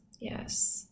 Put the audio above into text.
yes